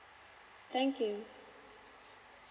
thank you